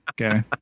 Okay